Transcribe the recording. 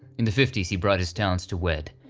in the fifty s he brought his talents to wed.